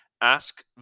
ask